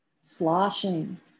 sloshing